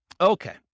Okay